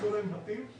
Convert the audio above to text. למצוא להם בתים.